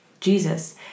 Jesus